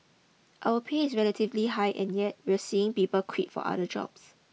our pay is relatively high and yet we're seeing people quit for other jobs